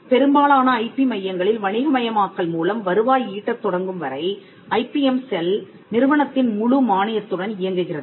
பெரும்பாலான ஐபி மையங்களில் வணிகமயமாக்கல் மூலம் வருவாய் ஈட்டத் தொடங்கும்வரை ஐபிஎம் செல் நிறுவனத்தின் முழு மானியத்துடன் இயங்குகிறது